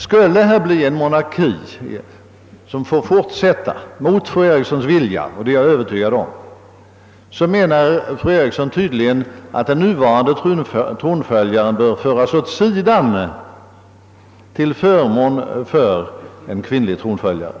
Skulle mot fru Erikssons vilja monarkin få fortsätta — jag är övertygad om att så blir fallet — menar fru Eriksson tydligen att den nuvarande tronföljaren bör föras åt sidan till förmån för en kvinnlig tronföljare.